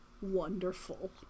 wonderful